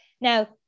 Now